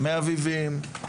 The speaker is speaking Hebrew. אביבים,